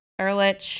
Ehrlich